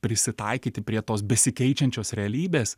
prisitaikyti prie tos besikeičiančios realybės